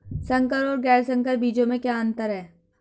संकर और गैर संकर बीजों में क्या अंतर है?